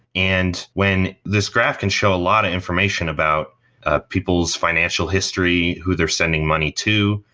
and when this graph can show a lot of information about ah people's financial history, who they're sending money to,